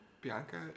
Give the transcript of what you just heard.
Bianca